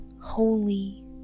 holy